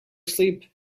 asleep